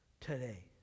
Today